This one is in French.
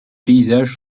paysages